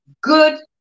good